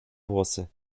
włosy